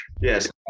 Yes